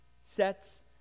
sets